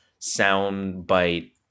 soundbite